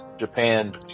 Japan